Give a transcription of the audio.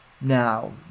Now